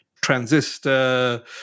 Transistor